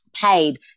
paid